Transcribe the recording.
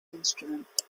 instrument